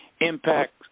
impact